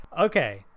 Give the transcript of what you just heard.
Okay